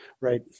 Right